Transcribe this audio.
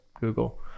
Google